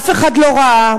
אף אחד לא ראה,